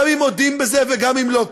גם אם מודים בזה וגם אם לא,